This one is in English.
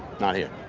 not here.